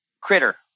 critter